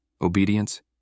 obedience